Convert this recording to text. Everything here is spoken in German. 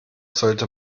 sollte